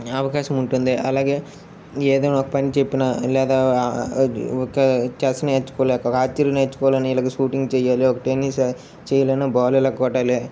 అవకాశం ఉంటుంది అలాగే ఏదైనా ఒక పని చెప్పినా లేదా ఒక చెస్ నేర్చుకోవాలి ఒక ఆర్చరీ నేర్చుకోవాలి అని ఇలా షూటింగ్ చేయాలి ఒక టెన్నీస్ చేయాలన్న బాల్ ఇలా కొట్టాలి